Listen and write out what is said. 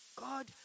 God